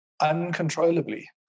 uncontrollably